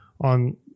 on